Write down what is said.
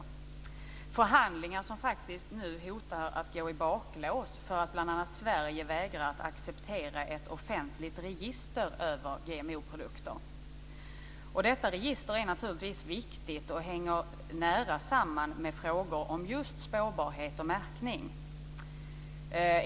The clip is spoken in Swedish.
Det är förhandlingar som faktiskt nu hotar att gå i baklås för att bl.a. Sverige vägrar att acceptera ett offentligt register över GMO-produkter. Detta register är naturligtvis viktigt och hänger nära samman med frågor om just spårbarhet och märkning.